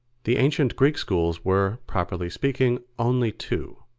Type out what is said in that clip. the ancient greek schools were, properly speaking, only two,